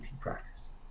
practice